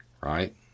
right